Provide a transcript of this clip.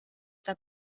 età